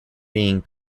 being